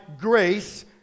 grace